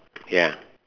ya